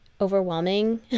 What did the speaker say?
overwhelming